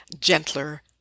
gentler